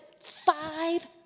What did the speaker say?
five